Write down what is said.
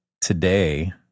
today